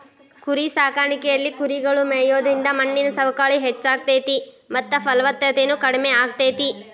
ಕುರಿಸಾಕಾಣಿಕೆಯಲ್ಲಿ ಕುರಿಗಳು ಮೇಯೋದ್ರಿಂದ ಮಣ್ಣಿನ ಸವಕಳಿ ಹೆಚ್ಚಾಗ್ತೇತಿ ಮತ್ತ ಫಲವತ್ತತೆನು ಕಡಿಮೆ ಆಗ್ತೇತಿ